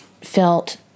felt